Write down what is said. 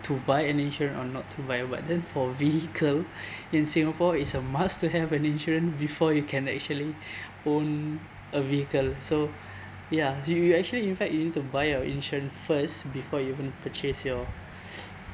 to buy an insurance or not to buy but then for vehicle in singapore it's a must to have an insurance before you can actually own a vehicle so ya you you actually in fact you need to buy your insurance first before you even purchase your